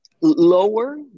lower